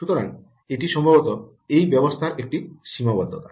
সুতরাং এটি সম্ভবত এই ব্যবস্থার একটি সীমাবদ্ধতা